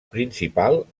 principal